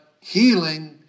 healing